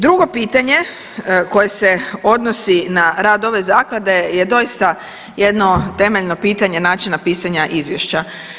Drugo pitanje koje se odnosi na rad ove Zaklade je doista jedno temeljno pitanje načina pisanja izvješća.